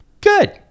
good